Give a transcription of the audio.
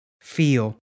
feel